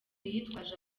yitwaje